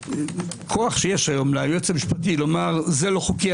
הכוח שיש היום ליועץ המשפטי לומר: זה לא חוקי,